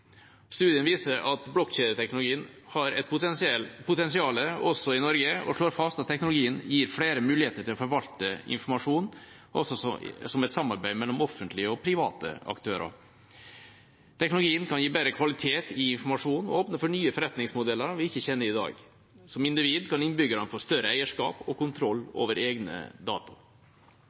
Studien viser at blokkjedeteknologien har et potensial også i Norge, og slår fast at teknologien gir flere muligheter til å forvalte informasjon også som et samarbeid mellom offentlige og private aktører. Teknologien kan gi bedre kvalitet i informasjonen og åpne for nye forretningsmodeller som vi ikke kjenner i dag. Som individer kan innbyggerne få større eierskap og kontroll over egne data.